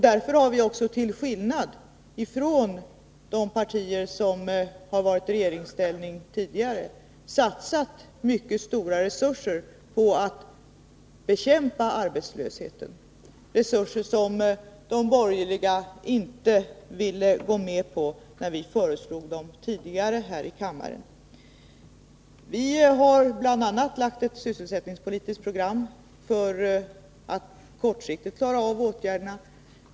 Därför har vi också, till skillnad från de partier som tidigare har varit i regeringsställning, satsat mycket stora resurser på att bekämpa arbetslösheten — resurser som de borgerliga inte vill vara med på att satsa, när vi tidigare här i kammaren föreslog dessa åtgärder. Vi har bl.a. lagt fram ett sysselsättningspolitiskt program för att kortsiktigt klara av åtgärderna.